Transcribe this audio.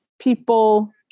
people